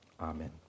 Amen